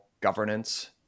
governance